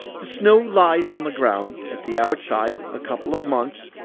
the snow lies on the ground, at the outside, a couple of months.